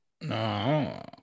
No